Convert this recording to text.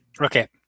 Okay